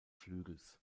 flügels